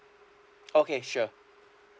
okay sure